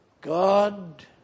God